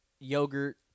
yogurt